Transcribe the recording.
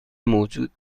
موجود